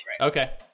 Okay